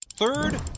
Third